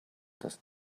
das